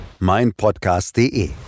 meinpodcast.de